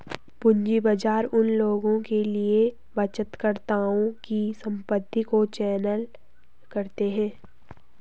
पूंजी बाजार उन लोगों के लिए बचतकर्ताओं की संपत्ति को चैनल करते हैं